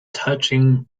touching